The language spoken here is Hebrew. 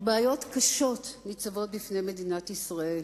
בעיות קשות ניצבות בפני מדינת ישראל,